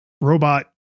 robot